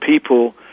people